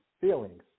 feelings